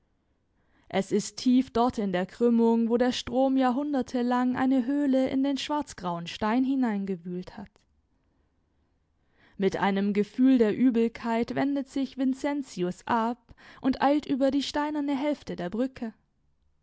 es ist tief dort in der krümmung wo der strom jahrhundertelang eine höhle in den schwarzgrauen stein hineingewühlt hat mit einem gefühl der übelkeit wendet sich vincentius ab und eilt über die steinerne hälfte der brücke